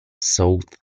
sought